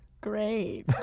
Great